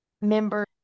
members